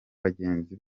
bagenzi